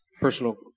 personal